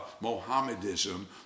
Mohammedism